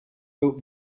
built